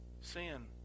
Sin